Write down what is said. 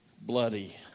bloody